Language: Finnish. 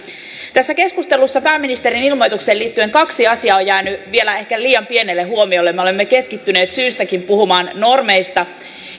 tässä keskustelussa pääministerin ilmoitukseen liittyen kaksi asiaa on jäänyt vielä ehkä liian pienelle huomiolle me olemme keskittyneet syystäkin puhumaan normeista